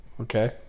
Okay